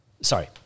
Sorry